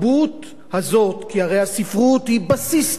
כי הרי הספרות היא בסיס תרבותי חשוב ביותר,